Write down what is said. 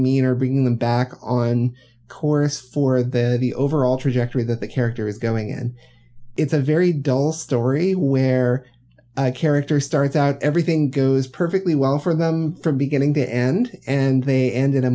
mean or bringing them back on course for that the overall trajectory that the character is going and it's a very dull a story where character starts out everything goes perfectly well for them from beginning to end and they end